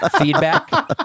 feedback